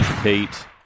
Pete